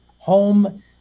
home